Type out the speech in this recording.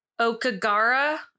Okagara